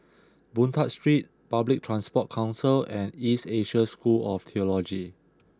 Boon Tat Street Public Transport Council and East Asia School of Theology